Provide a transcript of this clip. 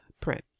print